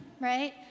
right